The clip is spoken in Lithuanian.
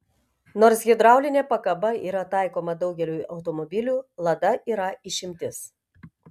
nors hidraulinė pakaba yra taikoma daugeliui automobilių lada yra išimtis